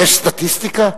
יש סטטיסטיקה?